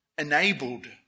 enabled